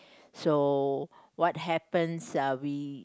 so what happens uh we